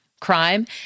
crime